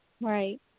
Right